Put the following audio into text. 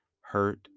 hurt